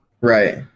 Right